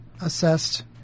assessed